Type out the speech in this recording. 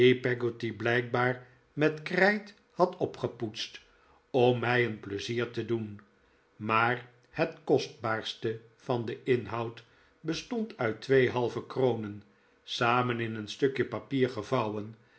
peggotty blijkbaar niet krijt had opgepoetst om mij een pleizier te doen maar het kostbaarste van den inhoud bestond uit twee halve kronen samen in een stukje papier gevouwen